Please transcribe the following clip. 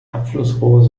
abflussrohre